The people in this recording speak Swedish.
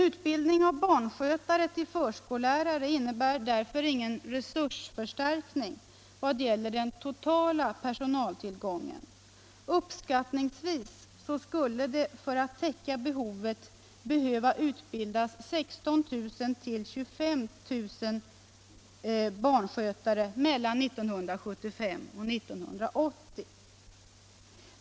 Utbildning av barnskötare till förskollärare innebär därför ingen resursförstärkning vad gäller den totala personaltillgången. Uppskattningsvis skulle det för att täcka behovet behöva utbildas 16 000-25 000 barnskötare mellan 1975 och 1980.